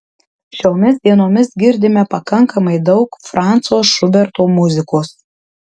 šiomis dienomis girdime pakankamai daug franco šuberto muzikos